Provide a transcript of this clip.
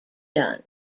done